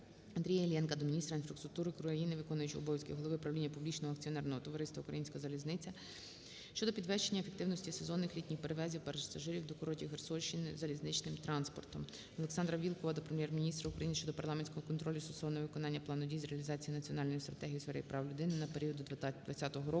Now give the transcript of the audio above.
Андрія Іллєнка до міністра інфраструктури України, виконуючого обов'язки голови правління Публічного акціонерного товариства "Українська залізниця" щодо підвищення ефективності сезонних літніх перевезень пасажирів до курортів Херсонщини залізничним транспортом. ОлександраВілкула до Прем'єр-міністра України щодо парламентського контролю стосовно виконання плану дій з реалізації Національної стратегії у сфері прав людини на період до 2020 року